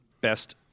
best